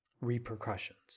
repercussions